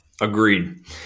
Agreed